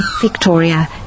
Victoria